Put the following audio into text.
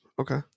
Okay